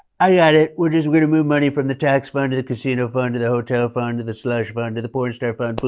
i got it. we're just gonna move money from the tax fund to the casino fund to the hotel fund to the slush fund but um to the porn star fund, boom,